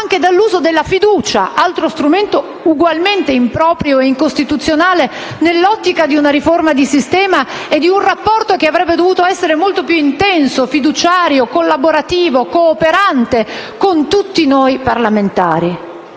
anche dall'uso della fiducia, altro strumento ugualmente improprio e incostituzionale nell'ottica di una riforma di sistema e di un rapporto che avrebbe dovuto essere molto più intenso, fiduciario, collaborativo e cooperante con tutti noi parlamentari.